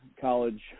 college